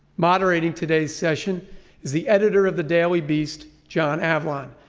moderating today's session is the editor of the daily beast, john avlon.